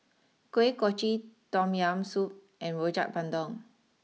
Kuih Kochi Tom Yam Soup and Rojak Bandung